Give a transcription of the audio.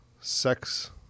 sex